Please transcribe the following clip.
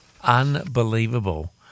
Unbelievable